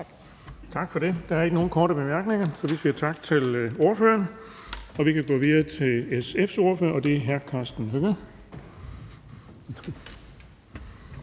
Bonnesen): Der er ikke nogen korte bemærkninger. Tak til ordføreren. Vi går videre til SF's ordfører, og det er hr. Karsten Hønge.